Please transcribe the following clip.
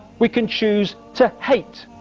we can choose to hate.